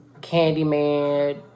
Candyman